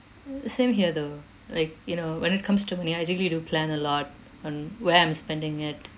same here though like you know when it comes to money I really do plan a lot on where I'm spending it